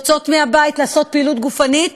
יוצאות מהבית לעשות פעילות גופנית,